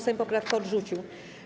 Sejm poprawkę odrzucił.